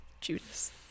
Judas